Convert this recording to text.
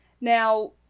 Now